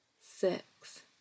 six